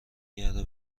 گرده